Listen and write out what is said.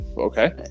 Okay